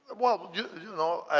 well, you know,